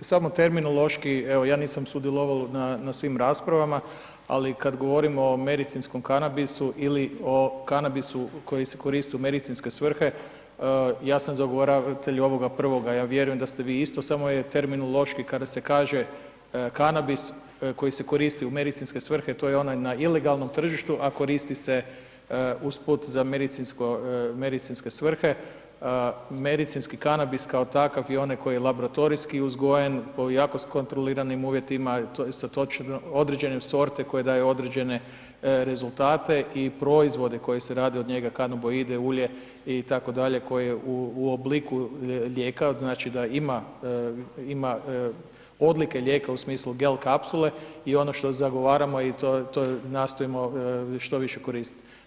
samo terminološki evo ja nisam sudjelovao na svim raspravama ali kad govorimo o medicinskom kanabisu ili o kanabisu koji se koristi u medicinske svrhe ja sam zagovoravatelj ovoga prvoga, ja vjerujem da ste vi isto samo je terminološki kada se kaže kanabis koji se koristi u medicinske svrhe to je onaj na ilegalnom tržištu, a koristi se usput za medicinske svrhe, medicinski kanabis kao takav i onaj koji je laboratorijski uzgojen pod jako kontroliranim uvjetima sa točno, određene sorte koje daju određene rezultate i proizvode koji se rade od njega kanaboide, ulje itd. koje u obliku lijeka, znači da ima, ima odlike lijeka u smislu gel kapsule i ono što zagovaramo i to nastojimo što više koristiti.